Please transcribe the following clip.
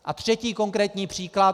A třetí konkrétní příklad.